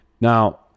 Now